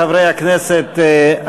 חברי הכנסת,